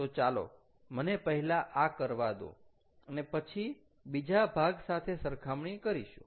તો ચાલો મને પહેલા આ કરવા દો અને પછી બીજા ભાગ સાથે સરખામણી કરીશું